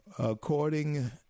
According